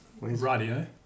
Radio